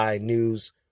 News